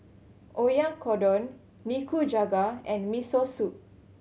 Oyakodon Nikujaga and Miso Soup